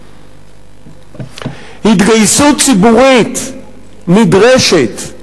התגייסות ציבורית נדרשת,